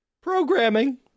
Programming